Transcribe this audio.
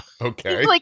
Okay